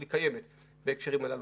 אך היא קיימת בהקשרים הללו.